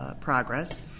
progress